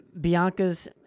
Bianca's